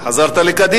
חזרת לקדימה.